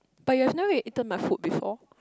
but you've never eaten my food before